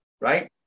right